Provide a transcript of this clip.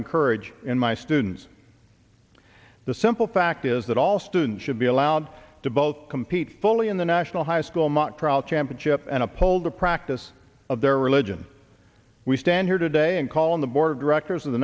encourage in my students the simple fact is that all students should be allowed to both compete fully in the national high school not proud championship and uphold the practice of their religion we stand here today and call on the board of directors of the